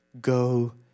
Go